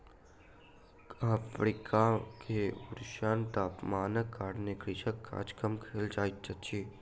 Africa मे ऊष्ण तापमानक कारणेँ कृषि काज कम कयल जाइत अछि